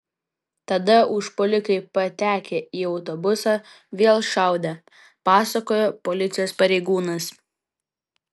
tada užpuolikai patekę į autobusą vėl šaudė pasakojo policijos pareigūnas